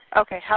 Okay